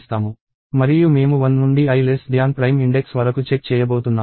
మరియు మేము 1 నుండి iprime index వరకు చెక్ చేయబోతున్నాము